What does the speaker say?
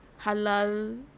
halal